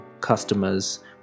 customers